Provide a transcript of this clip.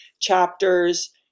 chapters